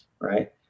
right